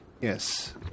Yes